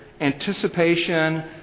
anticipation